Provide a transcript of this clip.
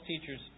teachers